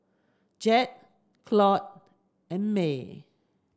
Jed Claud and May